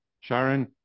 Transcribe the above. Sharon